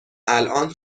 الان